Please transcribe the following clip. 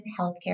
healthcare